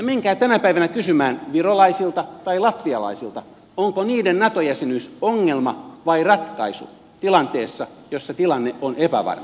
menkää tänä päivänä kysymään virolaisilta tai latvialaisilta onko heidän nato jäsenyytensä ongelma vai ratkaisu tilanteessa jossa tilanne on epävarma